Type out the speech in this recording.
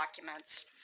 documents